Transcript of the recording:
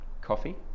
coffee